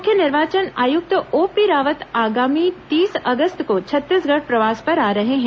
मुख्य निर्वाचन आयुक्त ओपी रावत आगामी तीस अगस्त को छत्तीसगढ़ प्रवास पर आ रहे हैं